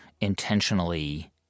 intentionally